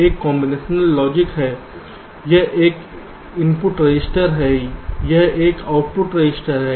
एक combinational logic है यह एक इनपुट रजिस्टर है यह एक आउटपुट रजिस्टर है